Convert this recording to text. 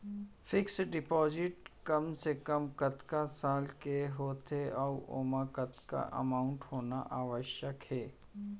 Fix deposit कम से कम कतका साल के होथे ऊ ओमा कतका अमाउंट होना आवश्यक हे?